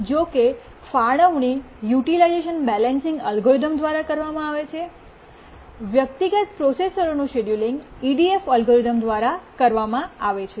જોકે ફાળવણી utilisation balancing algorithm દ્વારા કરવામાં આવે છે વ્યક્તિગત પ્રોસેસરનું શેડ્યૂલિંગ EDF અલ્ગોરિધમ દ્વારા કરવામાં આવે છે